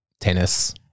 tennis